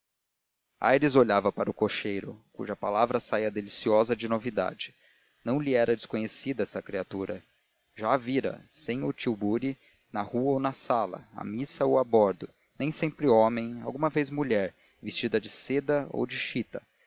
serra aires olhava para o cocheiro cuja palavra saía deliciosa de novidade não lhe era desconhecida esta criatura já a vira sem o tilbury na rua ou na sala à missa ou a bordo nem sempre homem alguma vez mulher vestida de seda ou de chita